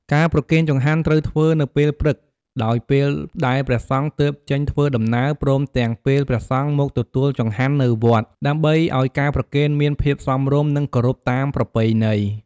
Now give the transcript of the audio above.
ការប្រគេនចង្ហាន់ត្រូវធ្វើនៅពេលព្រឹក ដោយពេលដែលព្រះសង្ឃទើបចេញធ្វើដំណើរ ព្រមទាំងពេលព្រះសង្ឃមកទទួលចង្ហាន់នៅវត្ត ដើម្បីឲ្យការប្រគេនមានភាពសមរម្យ និងគោរពតាមប្រពៃណី។